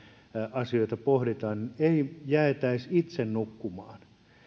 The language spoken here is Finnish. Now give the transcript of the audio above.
asioita pohdimme ei jäätäisi itse nukkumaan